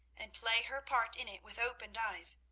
and play her part in it with opened eyes,